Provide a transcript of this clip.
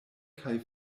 kaj